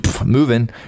Moving